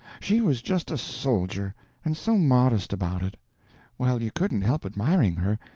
she was just a soldier and so modest about it well, you couldn't help admiring her,